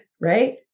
right